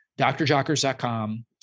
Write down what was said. drjockers.com